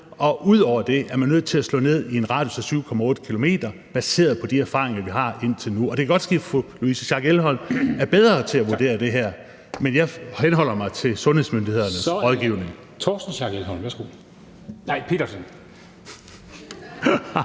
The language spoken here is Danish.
og ud over det er man nødt til at slå ned i en radius af 7,8 km baseret på de erfaringer, vi har indtil nu. Det kan godt ske, at fru Louise Schack Elholm er bedre til at vurdere det her, men jeg henholder mig til sundhedsmyndighedernes rådgivning. Kl. 19:19 Formanden (Henrik Dam Kristensen):